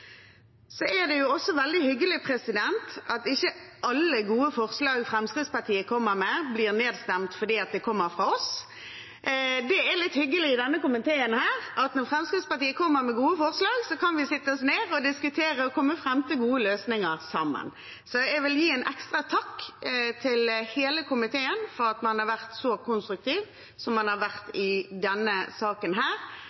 Det er også veldig hyggelig at ikke alle gode forslag Fremskrittspartiet kommer med, blir nedstemt fordi det kommer fra oss. Det er litt i hyggelig i denne komiteen, at når Fremskrittspartiet kommer med gode forslag, kan vi sette oss ned og diskutere og komme fram til gode løsninger sammen. Så jeg vil gi en ekstra takk til hele komiteen for at man har vært så konstruktiv som man har vært